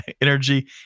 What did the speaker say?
Energy